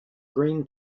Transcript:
green